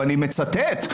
ואני מצטט,